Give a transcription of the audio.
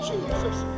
Jesus